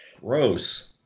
Gross